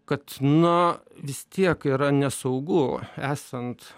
kad na vis tiek yra nesaugu esant